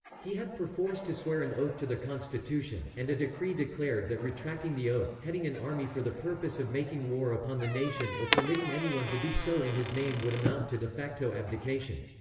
he had perforce to swear an oath to the constitution, and a decree declared that retracting the oath, heading an army for the purpose of making war upon the nation or permitting anyone to do so in his name would amount to de facto abdication.